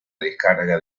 descarga